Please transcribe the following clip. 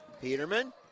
peterman